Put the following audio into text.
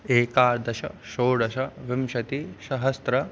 एकादश षोडश विंशतिः सहस्रं